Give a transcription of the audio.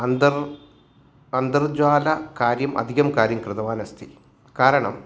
अन्तर् अन्तर्जालकार्यम् अधिकं कार्यं कृतवान् अस्ति कारणम्